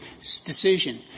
decision